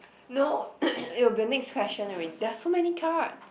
no it will be the next question already there are so many cards